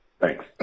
Thanks